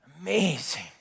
Amazing